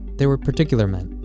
they were particular men,